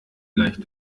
leicht